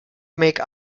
make